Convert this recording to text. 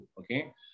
Okay